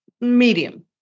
medium